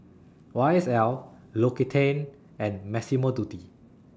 Y S L L'Occitane and Massimo Dutti